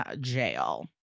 jail